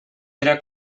era